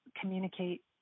communicate